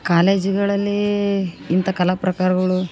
ಕಾಲೇಜುಗಳಲ್ಲೀ ಇಂಥ ಕಲಾ ಪ್ರಕಾರಗಳು